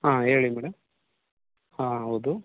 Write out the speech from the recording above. ಆಂ ಹೇಳಿ ಮೇಡಮ್ ಹಾಂ ಹೌದು